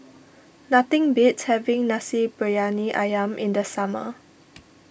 nothing beats having Nasi Briyani Ayam in the summer